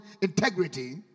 integrity